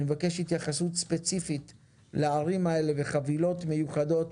אני מבקש התייחסות ספציפית לערים הללו וחבילות מיוחדות